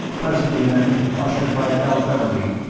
presently, then, ushered by val beverley,